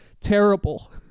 Terrible